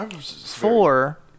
four